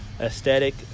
aesthetic